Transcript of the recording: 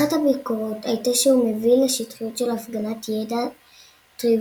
אחת הביקורות הייתה שהוא מביא לשטחיות של הפגנת ידע טריוויאלי,